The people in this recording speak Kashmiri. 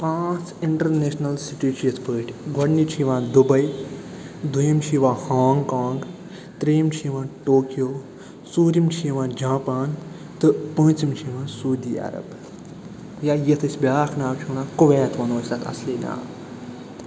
پانٛژھ اِنٛٹرنیٚشنل سِٹی چھِ یِتھ پٲٹھۍ گۄڈنِچ چھِ یِوان دُباے دوٚیِم چھِ یِوان ہانٛگ کانٛگ ترٛیٚیِم چھِ یِوان ٹوکیو ژوٗرِم چھِ یِوان جاپان تہٕ پوٗنٛژِم چھِ یِوان سعودی عرب یا یَتھ أسۍ بیٛاکھ ناو چھِ وَنان کُویت وَنو أسۍ تتھ اَصلی ناو